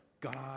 God